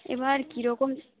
এবার কীরকম